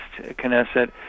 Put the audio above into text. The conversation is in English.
Knesset